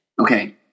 Okay